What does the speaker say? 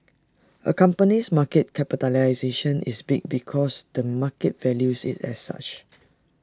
A company's market capitalisation is big because the market values IT as such